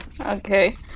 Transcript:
Okay